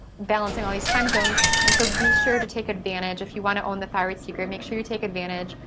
balancing all these times zones. and so, be sure to take advantage if you want to own the thyroid secret, make sure you take advantage.